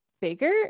bigger